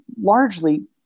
largely